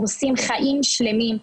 הורסים חיים שלמים,